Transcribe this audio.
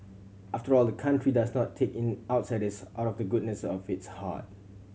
after all the country does not take in outsiders out of the goodness of its heart